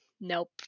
Nope